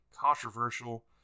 controversial